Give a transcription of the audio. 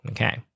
Okay